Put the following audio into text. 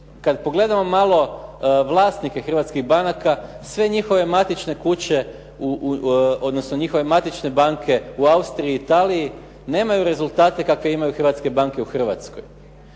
kad pogledamo malo vlasnike hrvatskih banaka, sve njihove matične kuće, odnosno njihove matične banke u Austriji i Italiji nemaju rezultate kakve imaju hrvatske banke u Hrvatskoj.